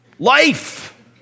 Life